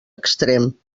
extrem